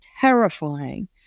terrifying